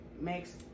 makes